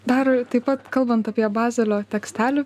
dar taip pat kalbant apie bazelio tekstelį